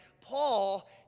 Paul